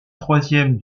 troisième